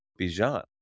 Bijan